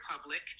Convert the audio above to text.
public